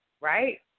right